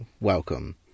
welcome